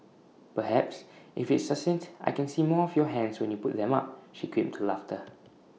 perhaps if it's succinct I can see more of your hands when you put them up she quipped to laughter